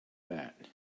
that